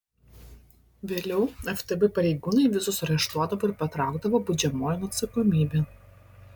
vėliau ftb pareigūnai visus areštuodavo ir patraukdavo baudžiamojon atsakomybėn